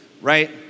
right